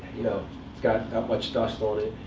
you know it's got that much dust on it.